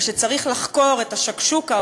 ושצריך לחקור את ה"שקשוקה",